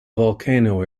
volcano